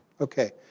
Okay